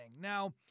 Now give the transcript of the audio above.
Now